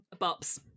Bops